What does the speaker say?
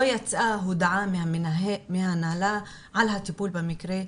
לא יצאה הודעה מההנהלה על הטיפול במקרה,